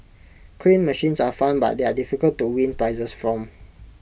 crane machines are fun but they are difficult to win prizes from